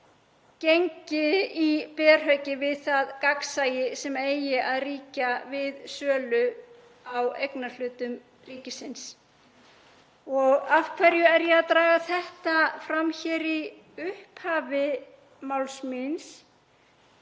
gengi í berhögg við það gagnsæi sem eigi að ríkja við sölu á eignarhlutum ríkisins. Af hverju er ég að draga þetta fram hér í upphafi máls míns?